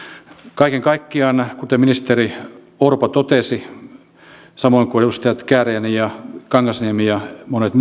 kaiken kaikkiaan kuten ministeri orpo totesi samoin kuin edustajat kääriäinen kankaanniemi ja monet